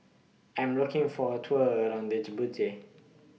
I Am looking For A Tour around Djibouti